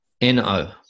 N-O